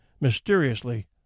mysteriously